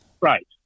Right